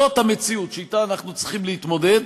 זאת המציאות שאתה אנחנו צריכים להתמודד,